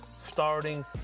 starting